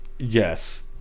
Yes